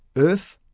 earth,